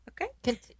okay